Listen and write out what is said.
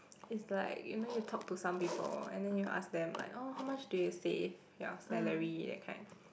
is like you know you talk to some people and then you ask them like oh how much do you save your salary that kind